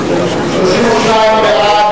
לא נתקבלה.